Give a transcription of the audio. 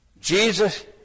Jesus